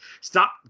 stop